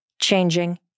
changing